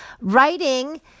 Writing